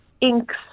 inks